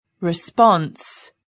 response